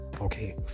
Okay